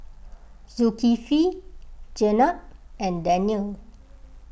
Zulkifli Jenab and Danial